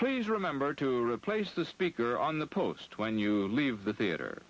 please remember to replace the speaker on the post when you leave the theater